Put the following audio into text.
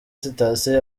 sitasiyo